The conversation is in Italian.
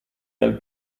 dal